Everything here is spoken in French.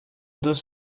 deux